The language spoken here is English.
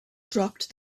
dropped